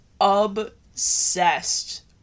obsessed